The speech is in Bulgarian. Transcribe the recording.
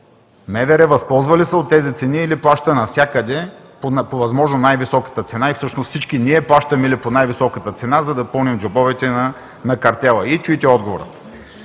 МВР възползва ли се от тези цени, или плаща навсякъде по възможно най-високата цена и всъщност всички ние плащаме ли по най-високата цена, за да пълним джобовете на картела? И чуйте отговора: